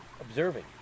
observing